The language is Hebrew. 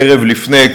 ערב לפני,